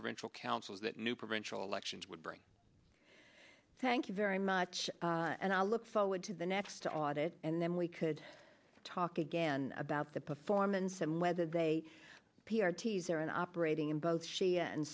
provincial councils that new provincial elections would bring thank you very much and i look forward to the next audit and then we could talk again about the performance and whether they he's there and operating in both she and